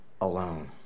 alone